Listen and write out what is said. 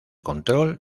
control